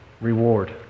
reward